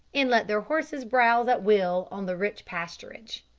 and let their horses browse at will on the rich pasturage.